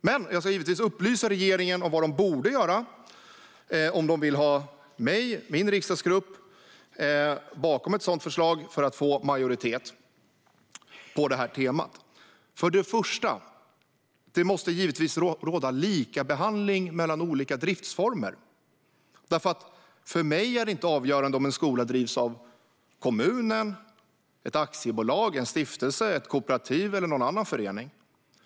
Men jag ska givetvis upplysa regeringen om vad den borde göra om den vill ha mig och min riksdagsgrupp bakom ett sådant förslag för att få majoritet på det temat. För det första: Det måste givetvis råda likabehandling mellan olika driftsformer. För mig är inte det avgörande om en skola drivs av kommunen, ett aktiebolag, en stiftelse, ett kooperativ eller någon annan förening.